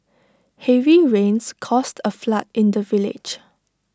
heavy rains caused A flood in the village